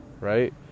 right